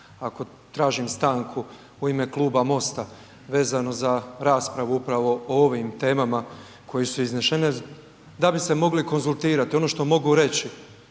ako tražim stanku u ime Kluba MOST-a vezano za raspravu upravo o ovim temama koje su iznešene da bi se mogli konzultirati, ono što mogu reći